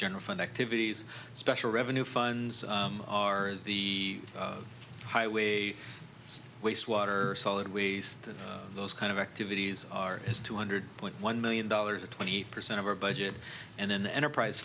general fund activities special revenue funds are the highway waste water solid waste those kind of activities are is two hundred point one million dollars or twenty percent of our budget and then the enterprise